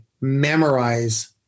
memorize